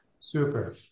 super